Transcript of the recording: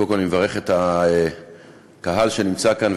קודם כול אני מברך את הקהל שנמצא כאן,